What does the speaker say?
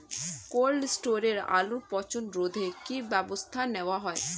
Cold স্টোরে আলুর পচন রোধে কি ব্যবস্থা নেওয়া হয়?